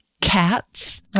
cats